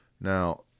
Now